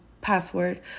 password